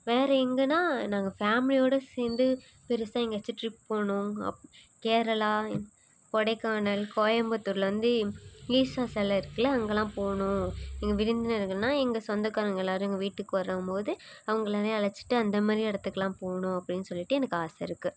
வேறு எங்கேனா நாங்கள் ஃபேமிலியோடு சேர்ந்து பெருசாக எங்கேயாச்சும் ட்ரிப் போகணும் கேரளா கொடைக்கானல் கோயம்புத்தூரில் வந்து ஈஷா சிலை இருக்குல அங்கெலாம் போகணும் எங்கள் விருந்தினர்கள்னா எங்கள் சொந்தக்காரங்கள் எல்லோரும் எங்கள் வீட்டுக்கு வரும்போது அவங்கள எல்லோரையும் அழைச்சிட்டு அந்தமாதிரி இடத்துக்குலாம் போகணும் அப்படின்னு சொல்லிட்டு எனக்கு ஆசை இருக்குது